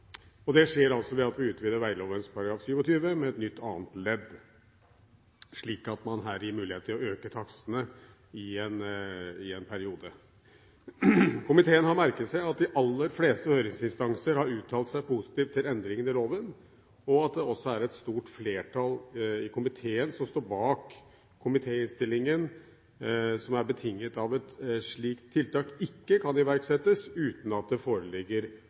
Det skjer ved at vi utvider veiloven § 27 med et nytt annet ledd, slik at man her gir mulighet til å øke takstene i en periode. Komiteen har merket seg at de aller fleste høringsinstanser har uttalt seg positivt til endringene i loven. Det er et stort flertall i komiteen som står bak innstillingen, som er betinget av at et slikt tiltak ikke kan iverksettes uten at det foreligger